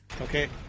Okay